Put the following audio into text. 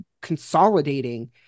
consolidating